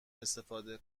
استفاده